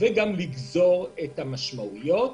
וגם לגזור את המשמעויות,